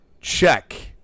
check